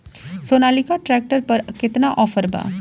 Sonalika tractor पर केतना offer बा?